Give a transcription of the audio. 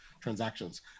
transactions